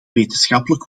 wetenschappelijk